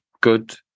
good